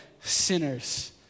sinners